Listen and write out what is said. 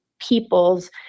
people's